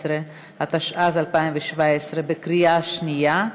19), התשע"ז 2017, בקריאה שנייה.